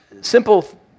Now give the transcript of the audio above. simple